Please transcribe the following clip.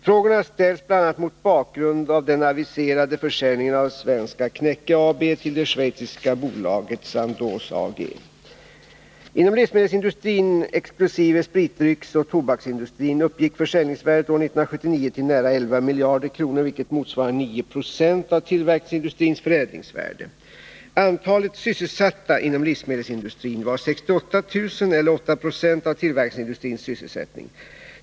Frågorna ställs bl.a. mot bakgrund av den aviserade försäljningen av Inom livsmedelsindustrin, exkl. spritdrycksoch tobaksindustrin, uppgick förädlingsvärdet år 1979 till nära 11 miljarder kronor, vilket motsvarade 9 2 av tillverkningsindustrins förädlingsvärde. Antalet sysselsatta inom livsmedelsindustrin var 68000 eller 896 av de inom tillverkningsindustrin sysselsatta.